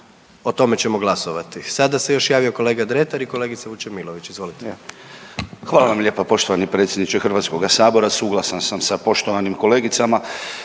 o tome ćemo glasovati. Sada se još javio kolega Dretar i kolegica Vučemilović. Izvolite. **Dretar, Davor (DP)** Hvala vam lijepa poštovani predsjedniče Hrvatskoga sabora. Suglasan sam sa poštovanim kolegicama